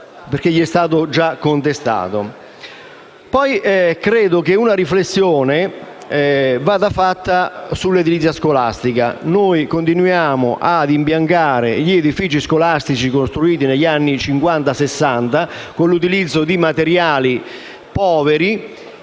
Poi credo che una riflessione vada fatta sull'edilizia scolastica. Noi continuiamo ad imbiancare gli edifici scolastici costruiti con l'utilizzo di materiali poveri